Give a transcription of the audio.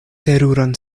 teruran